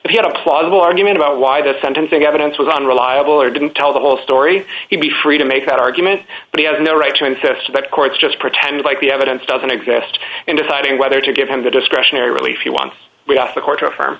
if he had a plausible argument about why the sentencing evidence was unreliable or didn't tell the whole story he'd be free to make that argument but he has no right to insist but courts just pretend like the evidence doesn't exist and deciding whether to give him the discretionary relief he wants off the court or affirm